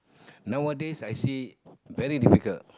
nowadays I see very difficult